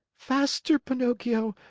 faster, pinocchio!